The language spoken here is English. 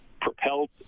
propelled